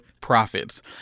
profits